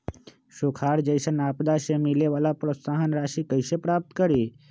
सुखार जैसन आपदा से मिले वाला प्रोत्साहन राशि कईसे प्राप्त करी?